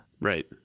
Right